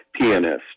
pianist